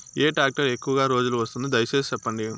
ఏ tractor ఎక్కువగా రోజులు వస్తుంది, దయసేసి చెప్పండి?